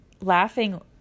laughing